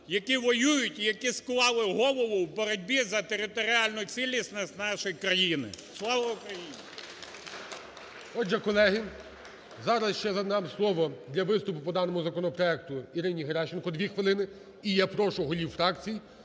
які воюють і які склали голову в боротьбі за територіальну цілісність нашої країни. Слава Україні! ГОЛОВУЮЧИЙ. Отже, колеги, зараз ще надам слово для виступу по даному законопроекту Ірині Геращенко 2 хвилини. І я прошу голів фракцій